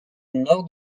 nord